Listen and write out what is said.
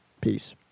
Peace